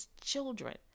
children